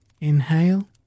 Inhale